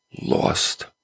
lost